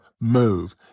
move